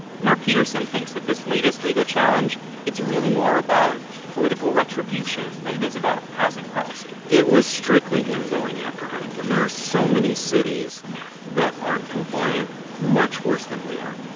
mayor peterson thinks that this latest legal challenge it's really more about political retribution than it is about housing policy it was strictly him going after huntington. there are so many cities that aren't compliant much worse than we are,